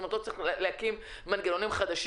זאת אומרת לא צריך להקים מנגנונים חדשים.